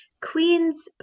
Queen's